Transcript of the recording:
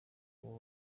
ubu